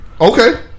Okay